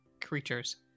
creatures